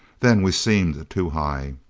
then we seemed too high.